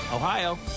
Ohio